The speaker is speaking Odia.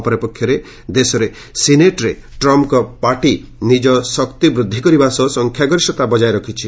ଅପରପକ୍ଷରେ ଦେଶରେ ସିନେଟ୍ରେ ଟ୍ରମ୍ପଙ୍କ ପାର୍ଟି ନିଜର ଶକ୍ତି ବୃଦ୍ଧି କରିବା ସହ ସଂଖ୍ୟାଗରିଷ୍ଠତା ବଜାୟ ରଖିଛି